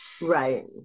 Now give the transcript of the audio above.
Right